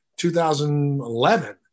2011